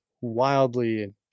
wildly